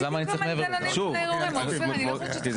זה לא בג"צ, הלוואי בג"צ.